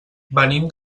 venim